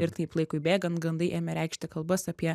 ir taip laikui bėgant gandai ėmė reikšti kalbas apie